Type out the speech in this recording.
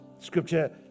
Scripture